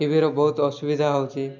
ଟିଭିର ବହୁତ ଅସୁବିଧା ହେଉଛି